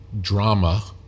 drama